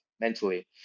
mentally